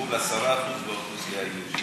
מול 10% באוכלוסייה היהודית,